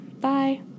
Bye